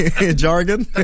Jargon